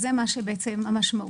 זו המשמעות.